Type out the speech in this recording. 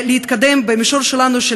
להתקדם במישור שלנו, תודה.